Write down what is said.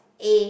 A